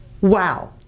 wow